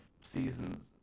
seasons